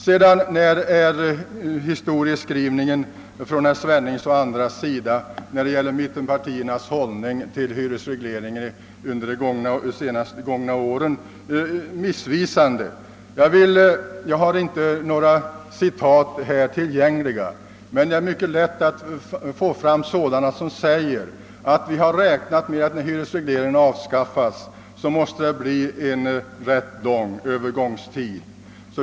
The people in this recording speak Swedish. Den skrivning som herr Svenning och andra presterat när det gäller mittenpartiernas hållning till hyresregleringen under de gångna åren är vidare missvisande. Jag har inte några citat tillgängliga nu, men det är lätt att få fram sådana som visar att vi räknat med att det vid slopandet av hyresregleringen måste bli en rätt lång övergångstid.